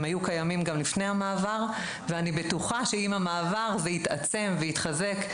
הם היו קיימים גם לפני המעבר ואני בטוחה שעם המעבר זה רק יתעצם ויתחזק.